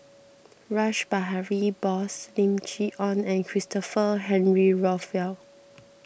Rash Behari Bose Lim Chee Onn and Christopher Henry Rothwell